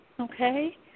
Okay